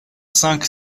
cinq